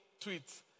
tweets